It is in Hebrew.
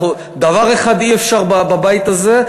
דבר אחד אי-אפשר לעשות בבית הזה,